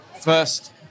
first